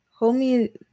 Homie